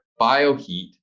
bioheat